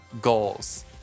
goals